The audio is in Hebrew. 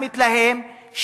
המתלהם,